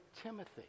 Timothy